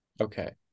Okay